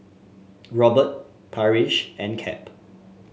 Robert Parrish and Cap